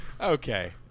Okay